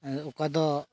ᱚᱠᱟ ᱫᱚ